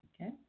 okay